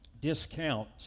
discount